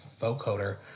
vocoder